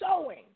sowing